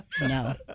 no